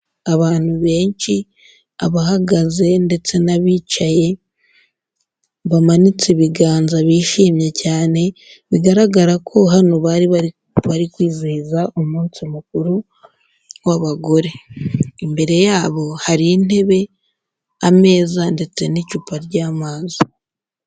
Abantu benshi abahagaze ndetse n'abicaye, bamanitse ibiganza bishimye cyane bigaragara ko hano bari bari kwizihiza umunsi mukuru w'abagore, imbere yabo hari intebe, ameza ndetse n'icupa ry'amazi.